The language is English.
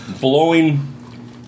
blowing